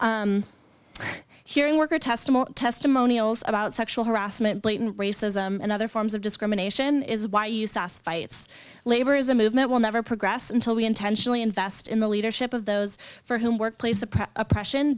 hearing worker testimony testimonials about sexual harassment blatant racism and other forms of discrimination is why you sassed fights labor is a movement will never progress until we intentionally invest in the leadership of those for whom workplace suppress